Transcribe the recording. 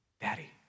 Daddy